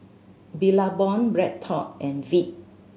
Billabong BreadTalk and Veet